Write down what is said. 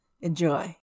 Enjoy